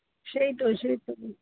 সেই তো সেই তো